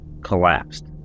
collapsed